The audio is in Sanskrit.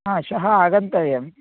आं श्वः आगन्तव्यं